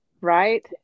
Right